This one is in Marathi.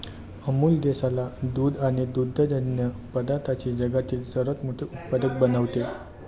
अमूल देशाला दूध आणि दुग्धजन्य पदार्थांचे जगातील सर्वात मोठे उत्पादक बनवते